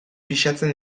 pisatzen